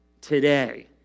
today